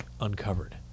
uncovered